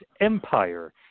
Empire